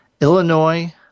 Illinois